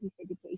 education